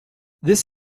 this